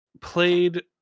played